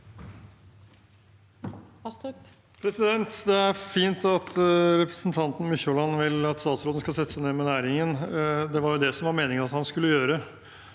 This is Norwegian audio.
Det er fint at repre- sentanten Mykjåland vil at statsråden skal settes seg ned med næringen. Det var det som var meningen at han skulle gjøre